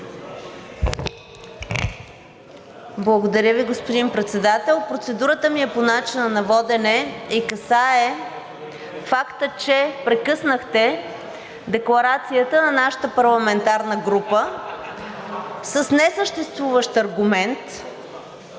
Благодаря Ви, господин Председател. Процедурата ми е по начина на водене и касае факта, че прекъснахте декларацията на нашата парламентарна група с несъществуващ аргумент